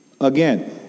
Again